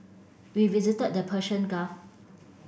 we visited the Persian Gulf